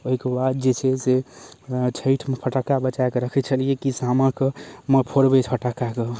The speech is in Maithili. ओहिके बाद जे छै से छठिमे फटाका बचाके रखैत छलियै कि सामा कऽ मे फोड़बै फटाका कऽ